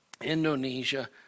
Indonesia